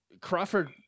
Crawford